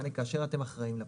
שזה כאשר אתם אחראים לפגם.